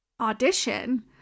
audition